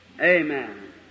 Amen